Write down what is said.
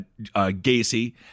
Gacy